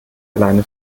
alleine